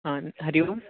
आं हरिः ओम्